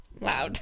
loud